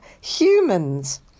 humans